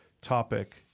topic